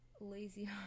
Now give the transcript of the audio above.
lazy